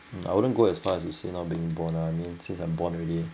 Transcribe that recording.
I wouldn't go as far as to say not being born ah since I'm born already